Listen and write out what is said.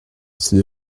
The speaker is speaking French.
c’est